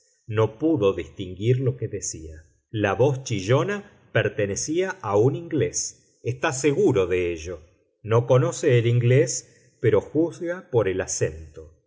no pudo distinguir lo que decía la voz chillona pertenecía a un inglés está seguro de ello no conoce el inglés pero juzga por el acento